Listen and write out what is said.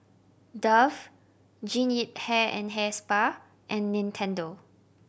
Dove Jean Yip Hair and Hair Spa and Nintendo